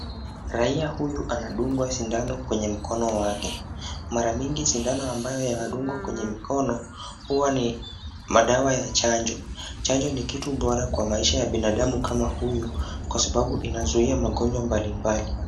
Raia huyu anadungwa sindano kwenye mkono wake. Mara mingi sindano ambayo anadungwa kwenye mkono huwa ni madawa ya chanjo. Chanjo ni kitu bora kwa maisha ya binadamu kama huyu kwa sababu inazuia magonjwa mbalimbali.